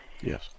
Yes